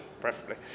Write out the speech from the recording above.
preferably